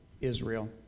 Israel